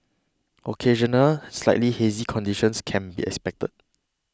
occasional slightly hazy conditions can be expected